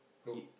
no